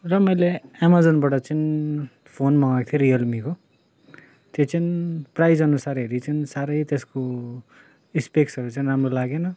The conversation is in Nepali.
र मैले एमाजोनबाट चाहिँ फोन मगाएको थिएँ रियलमीको त्यो चाहिँ प्राइजअनुसार हेरी चाहिँ साह्रै त्यसको इस्पेक्सहरू चाहिँ राम्रो लागेन